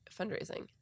fundraising